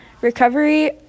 recovery